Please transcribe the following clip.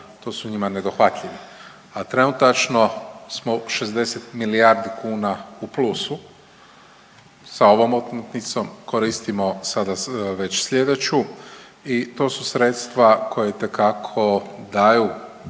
to su njima nedohvatljivi, a trenutačno smo 60 milijardi kuna u plusu sa ovom omotnicom, koristimo sada već slijedeću i to su sredstva koja itekako daju